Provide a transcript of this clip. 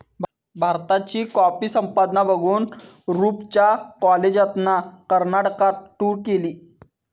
भारताची कॉफी संपदा बघूक रूपच्या कॉलेजातना कर्नाटकात टूर गेली